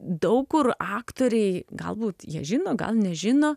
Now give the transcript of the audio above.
daug kur aktoriai galbūt jie žino gal nežino